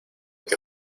que